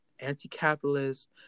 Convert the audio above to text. anti-capitalist